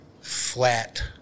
flat